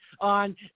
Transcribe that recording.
on